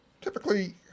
typically